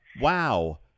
wow